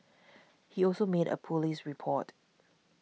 he also made a police report